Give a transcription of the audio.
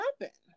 happen